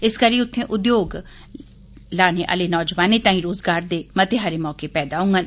इस करी उत्थै उद्योग लग्गने कन्नै नौजोआने ताई रोज़गार दे मते सारे मौके पैदा होंडन